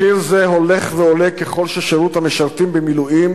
מחיר זה הולך ועולה ככל ששיעור המשרתים במילואים